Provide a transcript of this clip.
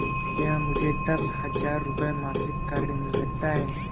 क्या मुझे दस हजार रुपये मासिक का ऋण मिल सकता है?